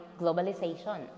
globalization